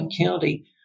County